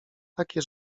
takie